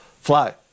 fly